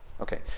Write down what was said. Okay